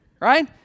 right